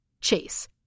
Chase